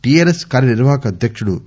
TRS కార్యనిర్వాహక అధ్యకుడు K